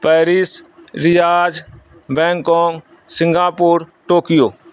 Paris Riyadh Bangkok Singapore Tokyo